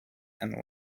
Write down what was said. and